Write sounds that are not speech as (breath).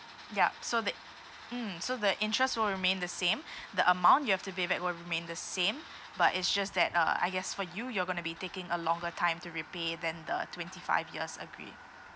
ya so that mm so the interest will remain the same (breath) the amount you have to pay back will remain the same but it's just that uh I guess for you you're going to be taking a longer time to repay than the twenty five years agree